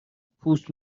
پوست